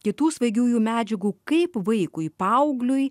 kitų svaigiųjų medžiagų kaip vaikui paaugliui